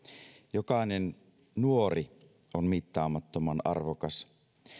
jokainen nuori on mittaamattoman arvokas